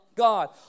God